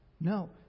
No